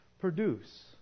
produce